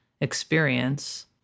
experience